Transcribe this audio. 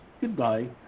goodbye